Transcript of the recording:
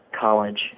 college